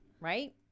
right